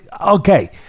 okay